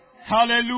Hallelujah